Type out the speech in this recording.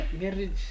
Marriage